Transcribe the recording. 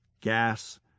gas